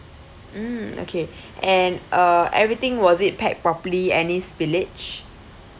mmhmm okay and uh everything was it packed properly any spillage